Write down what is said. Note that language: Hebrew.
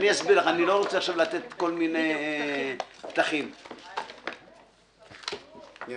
הישיבה ננעלה בשעה 12:55.